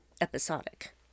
episodic